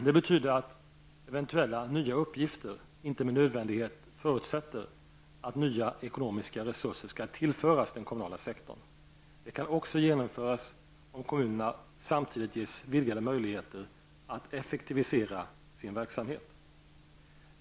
Det betyder att eventuella nya uppgifter inte med nödvändighet förutsätter att nya ekonomiska resurser skall tillföras den kommunala sektorn. De kan också genomföras om kommunerna samtidigt ges vidgade möjligheter att effektivisera sin verksamhet.